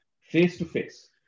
face-to-face